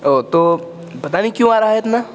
اوہ تو پتہ نہیں کیوں آ رہا ہے اتنا